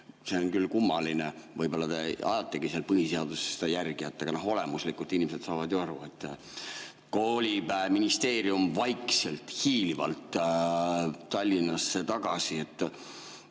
See on küll kummaline. Võib-olla te ajategi seal põhiseaduses veel järge. Aga olemuslikult inimesed saavad ju aru, et ministeerium kolib vaikselt, hiilivalt Tallinnasse tagasi.